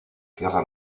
tierra